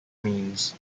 means